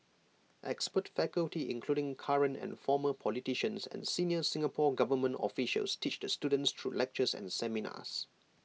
expert faculty including current and former politicians and senior Singapore Government officials teach the students through lectures and seminars